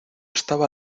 estaba